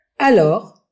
Alors